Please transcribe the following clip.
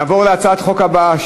נעבור להצעת החוק הבאה,